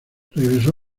regresó